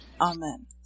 Amen